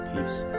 Peace